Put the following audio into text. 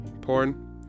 porn